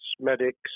medics